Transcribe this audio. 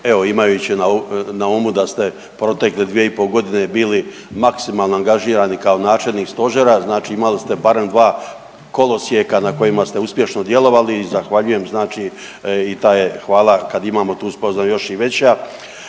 Evo imajući na umu da ste protekle 2,5.g. bili maksimalno angažirani kao načelnik stožera, znači imali ste barem dva kolosijeka na kojima ste uspješno djelovali i zahvaljujem znači i ta je hvala kad imamo tu spoznaju još i veća.